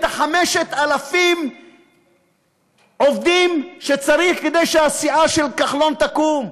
5,000 העובדים שצריך כדי שהסיעה של כחלון תקום.